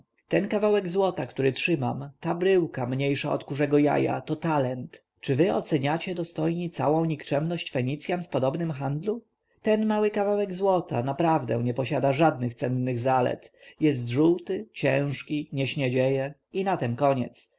ten kawałek złota który trzymam ta bryłka mniejsza od kurzego jaja to talent czy wy oceniacie dostojni całą nikczemność fenicjan w podobnym handlu ten mały kawałek złota naprawdę nie posiada żadnych cennych zalet jest żółty ciężki nie śniedzieje i na tem koniec